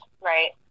right